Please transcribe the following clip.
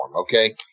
okay